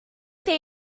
they